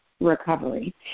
recovery